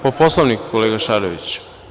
Po Poslovniku, kolega Šarović.